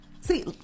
See